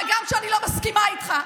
וגם כשאני לא מסכימה איתך,